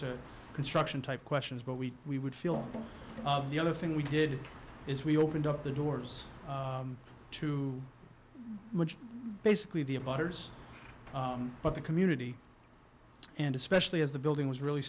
to construction type questions but we we would feel of the other thing we did is we opened up the doors too much basically the of others but the community and especially as the building was really